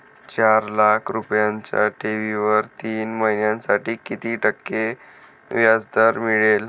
चार लाख रुपयांच्या ठेवीवर तीन महिन्यांसाठी किती टक्के व्याजदर मिळेल?